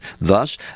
Thus